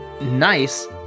nice